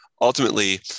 Ultimately